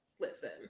Listen